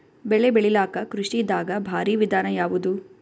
ಬೆಳೆ ಬೆಳಿಲಾಕ ಕೃಷಿ ದಾಗ ಭಾರಿ ವಿಧಾನ ಯಾವುದು?